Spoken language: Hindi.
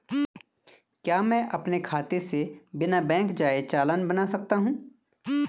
क्या मैं अपने खाते से बिना बैंक जाए चालान बना सकता हूँ?